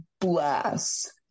blast